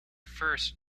first